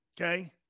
Okay